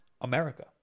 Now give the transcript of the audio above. America